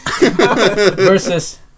versus